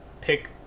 pick